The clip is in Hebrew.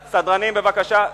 סדרנים, בבקשה.